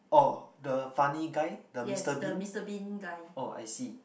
oh the funny guy the Mister Bean oh I see